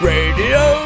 Radio